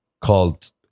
called